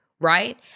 Right